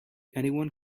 anyone